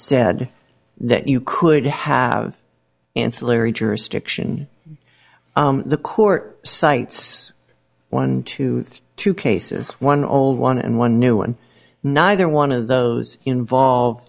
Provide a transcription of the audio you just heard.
said that you could have ancillary jurisdiction the court cites one to two cases one old one and one new one neither one of those involved